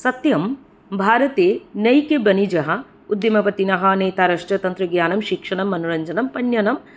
सत्यं भारते अनेके वनिजः उद्यमपतिनः नेतारश्च तन्त्रज्ञानं शिक्षणं मनोरञ्जनं पण्यनम्